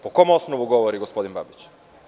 Po kom osnovu govori gospodin Babić?